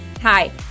Hi